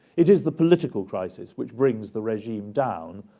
it is the political crisis which brings the regime down,